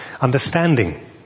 understanding